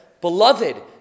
Beloved